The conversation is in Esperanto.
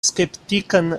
skeptikan